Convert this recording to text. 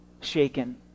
shaken